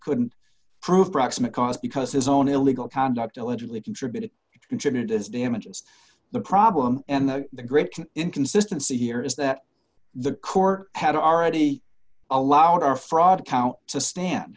couldn't prove proximate cause because his own illegal conduct allegedly contributed contributed as damages the problem and the great inconsistency here is that the court had already allowed our fraud count to stand